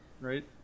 right